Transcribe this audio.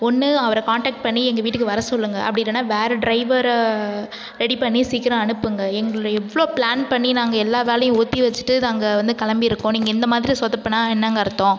ஒன்று அவரை கான்டெக்ட் பண்ணி எங்கள் வீட்டுக்கு வர சொல்லுங்கள் அப்படி இல்லைனா வேறு டிரைவரை ரெடி பண்ணி சீக்கிரம் அனுப்புங்கள் எங்களுடைய எவ்வளோ பிளான் பண்ணி நாங்கள் எல்லா வேலையும் ஒத்திவச்சிவிட்டு நாங்கள் வந்து கிளம்பி இருக்கோம் நீங்கள் இந்த மாதிரி சொதப்பினா என்னங்க அர்த்தோம்